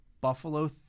Buffalo